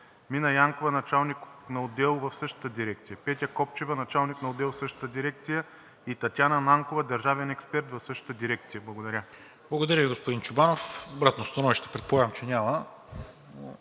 Нина Янкова – началник-отдел в същата дирекция, Петя Копчева – началник на отдел в същата дирекция, и Татяна Нанкова – държавен експерт в същата дирекция. Благодаря. ПРЕДСЕДАТЕЛ НИКОЛА МИНЧЕВ: Благодаря Ви, господин Чобанов. Обратно становище предполагам, че няма.